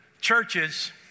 churches